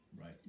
Right